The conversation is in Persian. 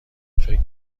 فکر